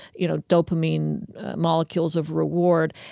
you know, dopamine molecules of reward,